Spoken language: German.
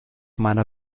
meiner